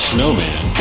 Snowman